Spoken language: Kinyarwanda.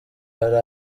hari